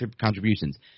contributions